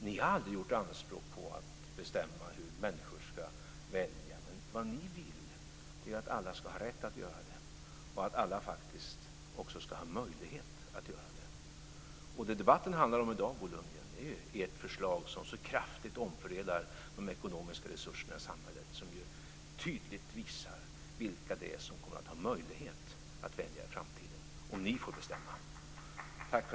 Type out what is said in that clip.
Ni har aldrig gjort anspråk på att bestämma hur människor ska välja, men vad ni vill är att alla ska ha rätt att göra det och att alla faktiskt också ska ha en möjlighet att göra det. Det debatten handlar om i dag, Bo Lundgren, är ert förslag som så kraftigt omfördelar de ekonomiska resurserna i samhället och som tydligt visar vilka det är som kommer att ha möjlighet att välja i framtiden om ni får bestämma.